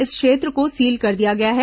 इस क्षेत्र को सील कर दिया गया है